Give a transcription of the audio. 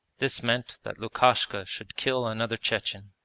this meant that lukashka should kill another chechen.